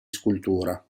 scultura